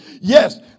Yes